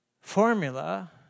formula